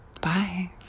Bye